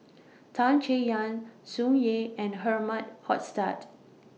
Tan Chay Yan Tsung Yeh and Herman Hochstadt